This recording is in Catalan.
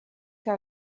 que